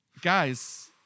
Guys